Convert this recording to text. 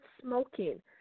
smoking